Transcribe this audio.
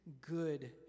good